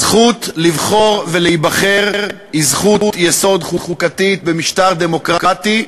הזכות לבחור ולהיבחר היא זכות יסוד חוקתית במשטר דמוקרטי,